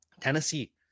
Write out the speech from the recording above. Tennessee